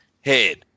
head